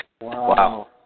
Wow